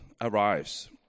arrives